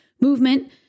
Movement